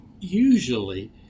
Usually